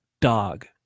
dog